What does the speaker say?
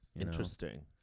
Interesting